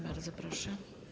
Bardzo proszę.